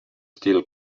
still